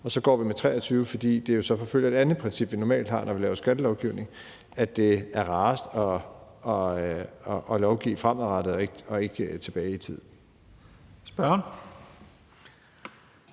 og så går vi med 2023, fordi det jo så forfølger et andet princip, vi normalt har, når vi laver skattelovgivning, om, at det er rarest at lovgive fremadrettet og ikke tilbage i tiden.